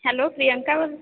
hello Priyanka बोल